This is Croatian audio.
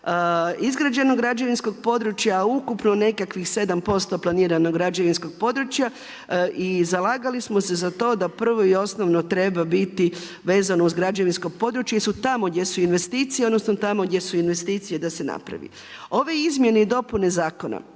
izgrađenog građevinskog područja, ukupno nekakvih 7% planiranog građevinskog područja i zalagali smo se za to da prvo i osnovno treba biti vezano uz građevinsko područje jer su tamo gdje su investicije, odnosno tamo gdje su investicije da se napravi. Ove izmjene i dopune zakona